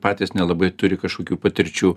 patys nelabai turi kažkokių patirčių